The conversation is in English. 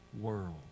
world